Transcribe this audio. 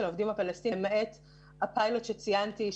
העובדים הפלסטינים למעט הפיילוט שציינתי,